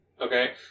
Okay